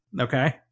Okay